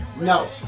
No